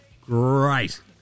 Great